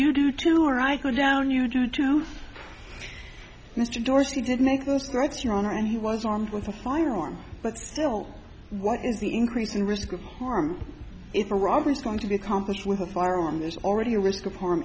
you do too or i go down you do too mr dorsey didn't make those threats your honor and he was armed with a firearm but still what is the increase in risk of harm if a robber is going to be accomplished with a firearm there's already a risk of harm